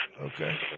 Okay